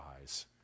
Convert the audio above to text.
eyes